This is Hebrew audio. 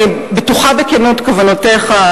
אני בטוחה בכנות כוונותיך,